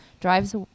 drives